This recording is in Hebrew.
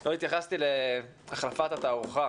לא התייחסתי להחלפת התערוכה